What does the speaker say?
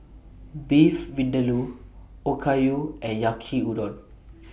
Beef Vindaloo Okayu and Yaki Udon